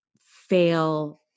fail